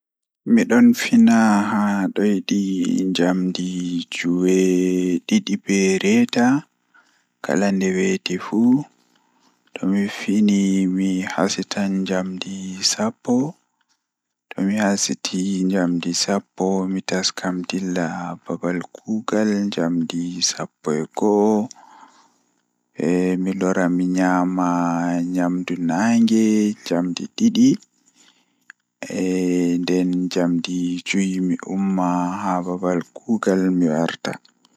Midon fina haa doidi njamdi jweedidi be reeta kala nde weeti fuu tomi fini mi hasitan njamdi sappo tomi hasiti njamdi sappo mi taska mi dilla kuugal njamdi sappo e go'o eh milora mi nyama nyamdu nange njamdi didi eh nden mi umma njamdi joye haa babal kuugal mi warta saare.